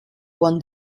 won